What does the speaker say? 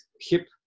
hip